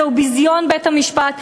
זהו ביזיון בית-המשפט,